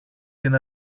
την